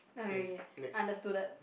okay okay okay understooded